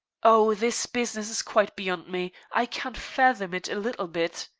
oh, this business is quite beyond me. i can't fathom it a little bit.